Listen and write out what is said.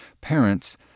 parents